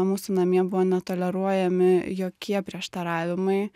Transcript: mūsų namie buvo netoleruojami jokie prieštaravimai